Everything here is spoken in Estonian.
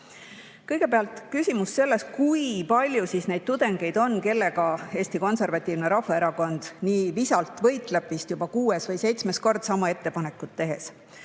sellel. Kõigepealt küsimus, kui palju neid tudengeid on, kellega Eesti Konservatiivne Rahvaerakond nii visalt võitleb vist juba kuues või seitsmes kord sama ettepanekut tehes.